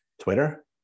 Twitter